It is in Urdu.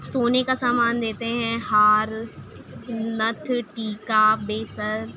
سونے کا سامان دیتے ہیں ہار نتھ ٹیکا بیسر